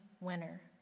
winner